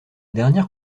dernière